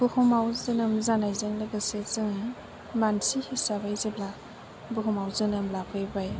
बुहुमाव जोनोम जानायजों लोगोसे जों मानसि हिसाबै जेब्ला बुहुमाव जोनोम लाफैबाय